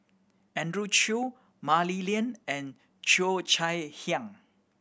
Andrew Chew Mah Li Lian and Cheo Chai Hiang